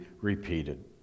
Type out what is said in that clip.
repeated